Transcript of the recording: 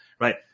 right